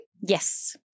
Yes